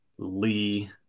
Lee